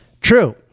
true